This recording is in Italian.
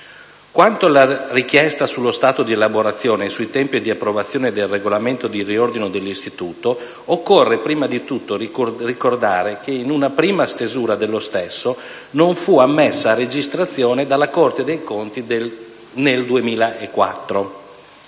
Quanto alla richiesta sullo stato di elaborazione e sui tempi di approvazione del regolamento di riordino dell'Istituto, occorre prima di tutto ricordare che una prima stesura dello stesso non fu ammessa a registrazione dalla Corte dei conti nel 2004.